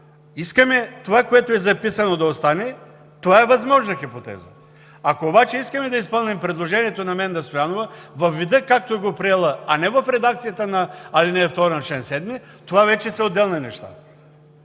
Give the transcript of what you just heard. искаме това, което е записано, да остане, това е възможна хипотеза. Ако обаче искаме да изпълним предложението на Менда Стоянова във вида както го е предложила, а не в редакцията на ал. 2 на чл. 7, това вече са отделни неща.